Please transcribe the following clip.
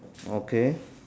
okay